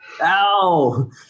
Ow